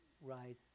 rise